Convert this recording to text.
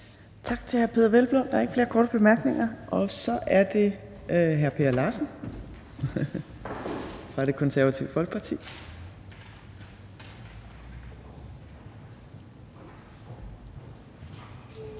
Tak til hr. Peder Hvelplund. Der er ikke flere korte bemærkninger. Så er det hr. Per Larsen fra Det Konservative Folkeparti.